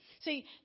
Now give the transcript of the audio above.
see